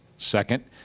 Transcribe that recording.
second,